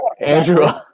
Andrew